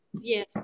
yes